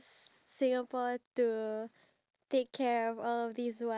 I would name my future pet